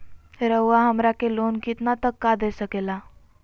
रउरा हमरा के लोन कितना तक का दे सकेला?